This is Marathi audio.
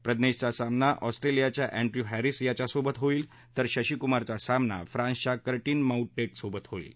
प्रजनेशचा सामना ऑस्ट्रेलियाच्या अँड्यू हॅरिस याच्यासोबत होईल तर शशीकुमारचा सामना फ्रान्सच्या कर्टिन माऊटेटसोबत होणार आहे